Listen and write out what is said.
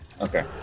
Okay